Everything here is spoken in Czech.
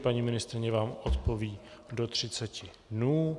Paní ministryně vám odpoví do 30 dnů.